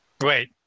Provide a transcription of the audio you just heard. Wait